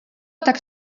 tak